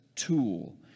tool